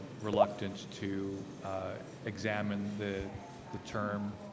reluctant to examine the the term.